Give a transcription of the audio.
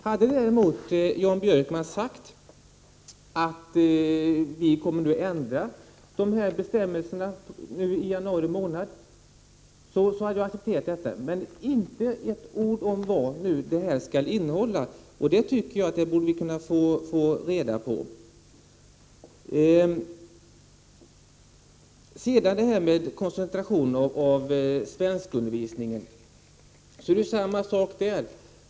Hade Jan Björkman sagt att vi kommer att ändra dessa bestämmelser i januari månad så hade jag accepterat detta, men han har inte sagt ett ord om vad detta skall innehålla. Det tycker jag vi borde kunna få reda på. Det är samma sak med koncentrationen av svenskundervisningen.